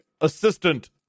assistant